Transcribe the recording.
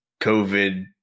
COVID